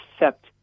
accept